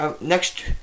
next